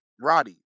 Roddy